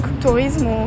tourisme